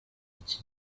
iki